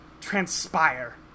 Transpire